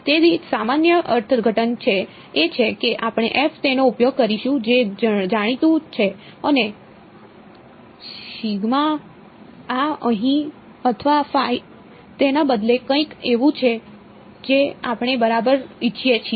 તેથી સામાન્ય અર્થઘટન એ છે કે આપણે તેનો ઉપયોગ કરીશું જે જાણીતું છે અને આ અહીં અથવા તેના બદલે કંઈક એવું છે જે આપણે બરાબર ઇચ્છીએ છીએ